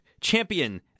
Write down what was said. Champion